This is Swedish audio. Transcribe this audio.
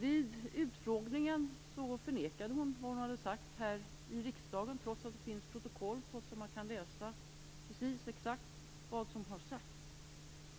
Vid utfrågningen förnekade Marita Ulvskog vad hon hade sagt här i riksdagen, trots att det finns protokoll så att man kan läsa precis vad som har sagts.